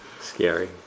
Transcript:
Scary